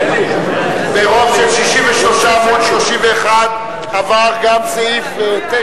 ברוב של 63 מול 31 עבר גם סעיף 9,